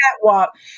catwalk